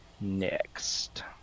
next